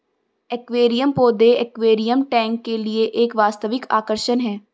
aquarium पौधे aquarium tank के लिए एक वास्तविक आकर्षण है